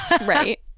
Right